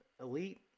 Elite